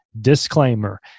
Disclaimer